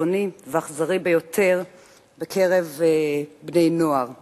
קיצוני ואכזרי ביותר בקרב בני-נוער או,